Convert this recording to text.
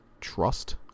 trust